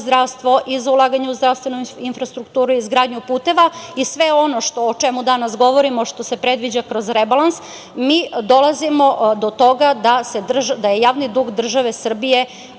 za ulaganje u zdravstvenu infrastrukturu, izgradnju puteva i sve ono o čemu danas govorimo što se predviđa kroz rebalans, mi dolazimo do toga da je javni dug države Srbije